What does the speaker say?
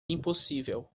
impossível